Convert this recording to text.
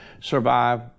survive